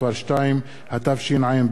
התשע"ב 2012,